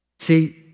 See